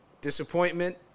disappointment